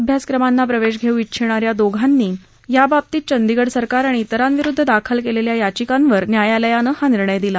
अभ्यासक्रमांना प्रवेश घेऊ ष्टिछणाऱ्या दोघांनी याबाबत चंदीगड सरकार आणि त्रिरांविरुद्ध दाखल केलेल्या याचिकांवर न्यायालयानं हा निर्णय दिला